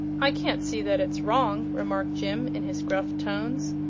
i can't see that it's wrong, remarked jim, in his gruff tones.